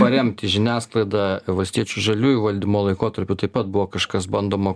paremti žiniasklaidą valstiečių žaliųjų valdymo laikotarpiu taip pat buvo kažkas bandoma